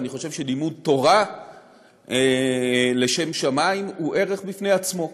ואני חושב שלימוד תורה לשם שמים הוא ערך בפני עצמו.